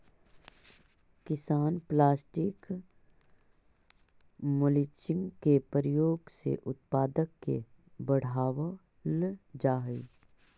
किसान plastic mulching के प्रयोग से उत्पादक के बढ़ावल जा हई